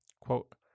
Quote